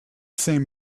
same